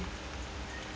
here